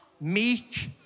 meek